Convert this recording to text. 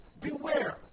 Beware